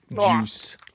juice